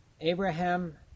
Abraham